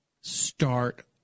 start